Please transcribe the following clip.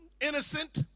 innocent